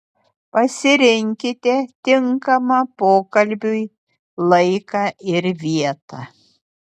pasirinkite tinkamą pokalbiui laiką ir vietą